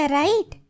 right